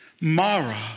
Mara